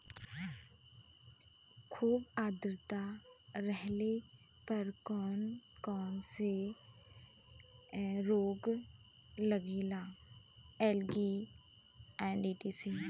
खुब आद्रता रहले पर कौन कौन रोग लागेला?